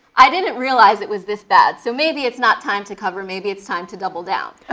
i didn't realize it was this bad, so maybe it's not time to cover, maybe it's time to double down.